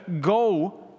go